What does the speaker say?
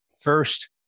first